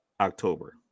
October